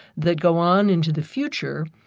that go on into the future.